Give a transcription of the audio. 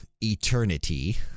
eternity